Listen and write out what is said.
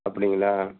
அப்படிங்களா